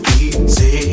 easy